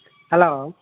hello